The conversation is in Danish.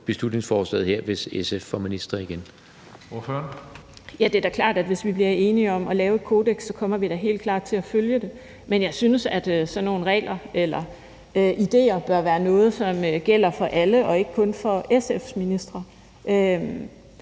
Karina Lorentzen Dehnhardt (SF): Ja, det er da klart, at hvis vi bliver enige om at lave et kodeks, kommer vi da til at følge det. Men jeg synes, at sådan nogle regler eller idéer bør være noget, som gælder for alle og ikke kun for SF's ministre.